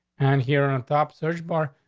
and here on top search bar,